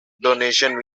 donation